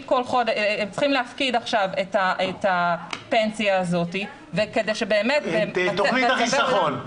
עכשיו את הפנסיה הזאת וכדי שבאמת --- תוכנית החיסכון.